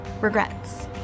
regrets